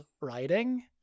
writing